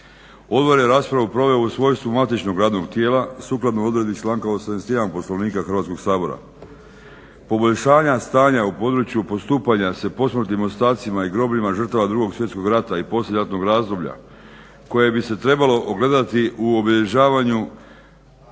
Odbor je raspravu proveo u svojstvu matičnog radnog tijela sukladno odredbi članka 81. Poslovnika Hrvatskog sabora. Poboljšanja stanja u području postupanja sa posmrtnim ostacima i grobljima žrtava 2. svjetskog rata i poslijeratnog razdoblja koje bi se trebalo ogledati u obilježavanju